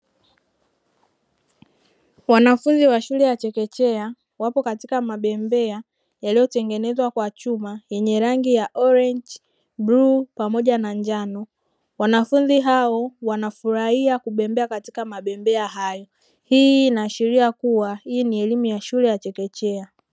Wanafunzi wa shule ya chekechea wapo katika mabembea yaliyotengenezwa kwa chuma yenye rangi ya orengi, bluu pamoja na njano. Wanafunzi hao wanafurahia kubembea katika mabembea hayo, hii inaashiria kuwa hii ni elimu ya shule ya chekechea.